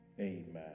Amen